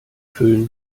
füllen